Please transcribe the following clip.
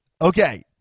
Okay